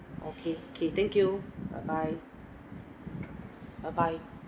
okay okay thank you bye bye bye bye